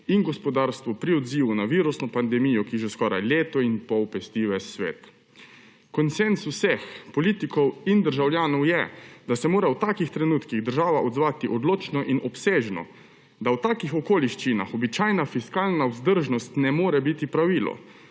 in gospodarstvu pri odzivu na virusno pandemijo, ki že skoraj leto in pol pesti ves svet. Konsenz vseh, politikov in državljanov, je, da se mora v takih trenutkih odzvati odločno in obsežno, da v takih okoliščinah običajna fiskalna vzdržnost ne more biti pravilo.